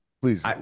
please